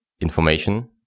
information